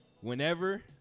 whenever